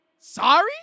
Sorry